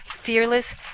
fearless